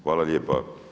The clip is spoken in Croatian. Hvala lijepa.